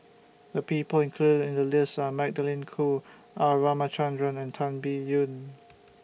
The People included in The list Are Magdalene Khoo R Ramachandran and Tan Biyun